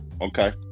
okay